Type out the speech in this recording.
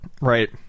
Right